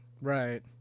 Right